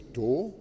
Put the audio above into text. door